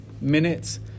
minutes